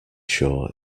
sure